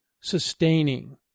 sustaining